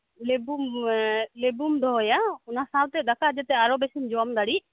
ᱞᱮᱵᱩᱢ ᱞᱮᱵᱩᱢ ᱫᱚᱦᱚᱭᱟ ᱚᱱᱟ ᱥᱟᱶᱛᱮ ᱫᱟᱠᱟ ᱡᱟᱛᱮ ᱟᱨᱚᱵᱮᱥᱤᱢ ᱡᱚᱢᱫᱟᱲᱤᱜ